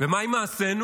ומה עם מעשינו?